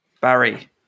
Barry